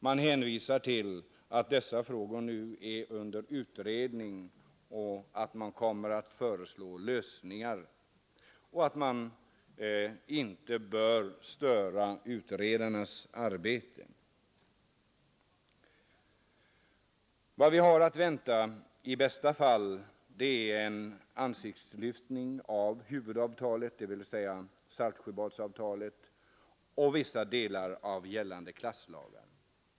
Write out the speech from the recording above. Man kan hänvisa till att dessa frågor är under utredning, att lösningar kommer att föreslås och att utredningen inte bör störas i sitt arbete. Vad vi har att vänta är i bästa fall en ansiktslyftning av huvudavtalet, dvs. Saltsjöbadsavtalet, och vissa delar av gällande klasslagar.